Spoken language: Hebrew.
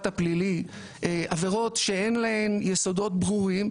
הפלילי עבירות שאין להן יסודות ברורים,